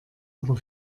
aber